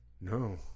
no